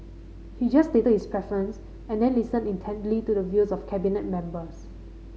he just stated his preference and then listened intently to the views of Cabinet members